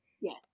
yes